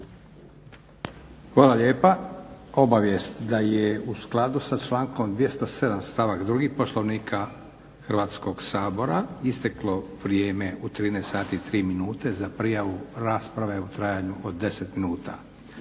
Hvala lijepa. Obavijest da je u skladu sa člankom 207. stavak 2. Poslovnika Hrvatskoga sabora isteklo vrijeme u 13,03 minute za prijavu raspravu u trajanju od 10 minuta.